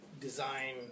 design